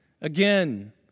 again